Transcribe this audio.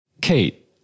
Kate